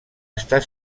estar